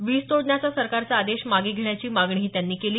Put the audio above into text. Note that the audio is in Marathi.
वीज तोडण्याचा सरकारचा आदेश मागे घेण्याची मागणीही त्यांनी केली